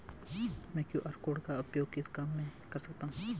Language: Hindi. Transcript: मैं क्यू.आर कोड का उपयोग किस काम में कर सकता हूं?